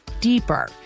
deeper